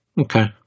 okay